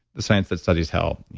the science that studies health.